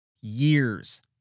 years